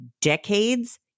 decades